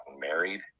married